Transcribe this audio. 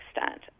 extent